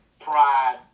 pride